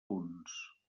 punts